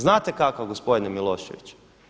Znate kakav gospodine Milošević?